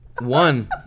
One